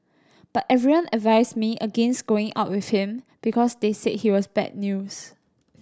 but everyone advised me against going out with him because they said he was bad news